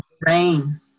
rain